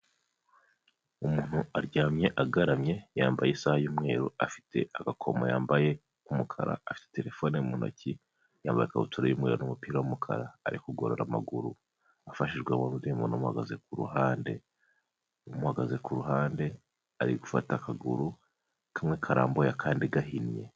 Umuntu aryamye agaramye, yambaye isaha y'umweru afite agakoma yambaye k'umukara, afite telefone mu ntoki, yambaye ikabutura y'umumweru n'umupira w'umukara, ari kugorora amaguru afashijwemo n'undi muntu umuhagaze ku ruhande, umuhagaze ku ruhande ari gufata akaguru, kamwe karambuye akandi gahinnye.